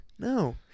No